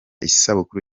isabukuru